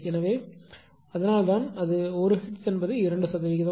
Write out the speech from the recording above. எனவே அதனால்தான் அது 1 ஹெர்ட்ஸ் என்பது 2 சதவிகிதம்